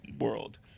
World